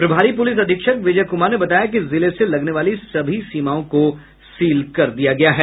प्रभारी पुलिस अधीक्षक विजय कुमार ने बताया कि जिले से लगने वाली सभी सीमाओं को सील कर दिया गया है